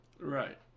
Right